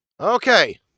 Okay